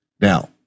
Now